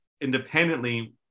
independently